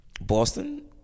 Boston